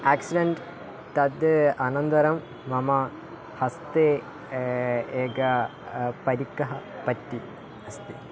accident तद् अनन्तरं मम हस्ते एकः परिक्कः पट्टि अस्ति